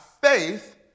faith